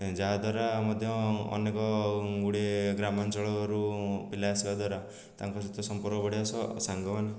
ଯାହାଦ୍ୱାରା ମଧ୍ୟ ଅନେକଗୁଡ଼ିଏ ଗ୍ରାମାଞ୍ଚଳରୁ ପିଲା ଆସିବା ଦ୍ୱାରା ତାଙ୍କ ସହିତ ସମ୍ପର୍କ ବଢ଼ିବା ସହ ସାଙ୍ଗମାନେ